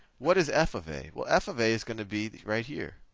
what is f of a? well, f of a is going to be right here.